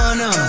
no